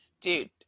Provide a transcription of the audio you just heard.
Dude